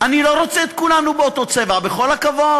אני לא רוצה את כולנו באותו צבע, בכל הכבוד.